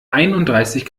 einunddreißig